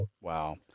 Wow